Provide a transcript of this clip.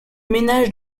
ménage